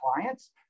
clients